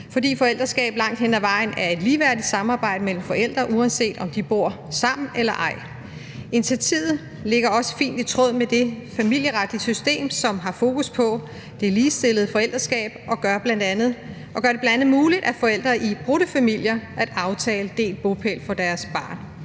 fordi forældreskab langt hen ad vejen er et ligeværdigt samarbejde mellem forældre, uanset om de bor sammen eller ej. Initiativet ligger også fint i tråd med det familieretlige system, som har fokus på det ligestillede forældreskab, og gør det bl.a. muligt for forældre i brudte familier at aftale delt bopæl for deres barn.